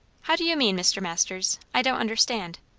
how do you mean, mr. masters? i don't understand.